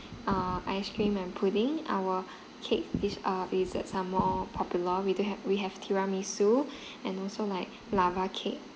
uh ice cream and pudding our cake is uh desserts are more popular we do have we have tiramisu and also like lava cake